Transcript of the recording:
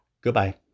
Goodbye